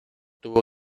tuvo